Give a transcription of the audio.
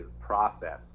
process